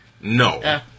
No